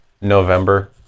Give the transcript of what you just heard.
November